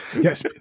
Yes